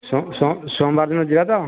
ସୋମବାର ଦିନ ଯିବା ତ